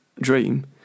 dream